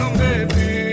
baby